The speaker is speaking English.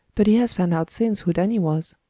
but he has found out since who danny was.